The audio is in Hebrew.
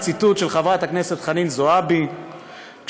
הציטוט של חברת הכנסת חנין זועבי כשנשאלה